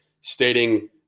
stating